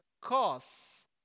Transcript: cause